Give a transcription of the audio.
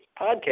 podcast